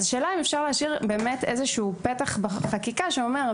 אז השאלה היא אם אפשר להשאיר פתח בחקיקה שאומר,